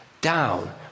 down